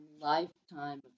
lifetime